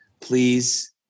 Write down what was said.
please